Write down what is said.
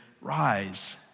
rise